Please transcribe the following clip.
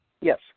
Yes